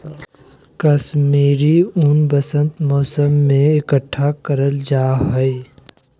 कश्मीरी ऊन वसंत मौसम में इकट्ठा करल जा हय